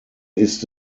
ist